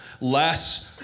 less